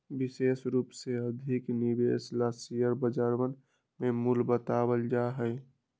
विशेष रूप से अधिक निवेश ला शेयर बजरवन में मूल्य बतावल जा हई